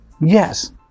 Yes